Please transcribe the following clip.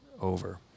over